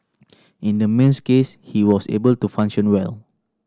in the man's case he was able to function well